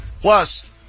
Plus